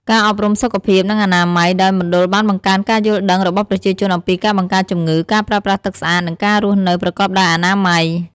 ការអប់រំសុខភាព និងអនាម័យ ដោយមណ្ឌលបានបង្កើនការយល់ដឹងរបស់ប្រជាជនអំពីការបង្ការជំងឺ ការប្រើប្រាស់ទឹកស្អាត និងការរស់នៅប្រកបដោយអនាម័យ។